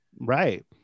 Right